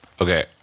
Okay